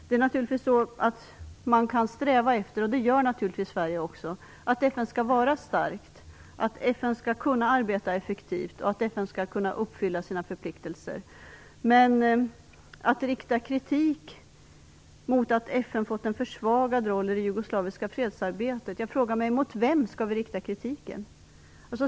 Man kan naturligtvis sträva efter - vilket Sverige också gör - att FN skall vara starkt, att FN skall kunna arbeta effektivt och att FN skall kunna uppfylla sina förpliktelser. Men när det riktas kritik mot att FN fått en försvagad roll i det jugoslaviska fredsarbetet frågar jag mig: Mot vem skall vi rikta kritiken?